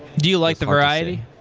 do you like the variety?